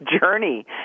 journey